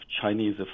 Chinese